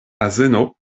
azeno